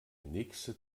nächste